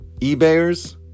ebayers